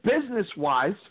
business-wise –